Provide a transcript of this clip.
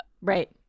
right